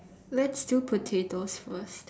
let's do potatoes first